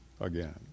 again